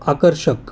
आकर्षक